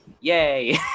yay